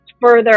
further